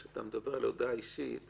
כשאתה מדבר על הודעה אישית,